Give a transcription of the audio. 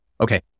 okay